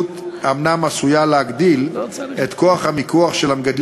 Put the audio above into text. אבל אנחנו מצד שני מגדילים את סכום הכסף שבסופו של דבר כל ניצול וניצולה